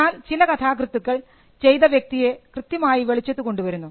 എന്നാൽ ചില കഥാകൃത്തുക്കൾ ചെയ്ത വ്യക്തിയെ കൃത്യമായി വെളിച്ചത്ത് കൊണ്ട് വരുന്നു